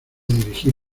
dirigir